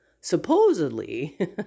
supposedly